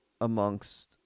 amongst